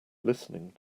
listening